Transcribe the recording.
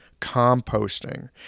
composting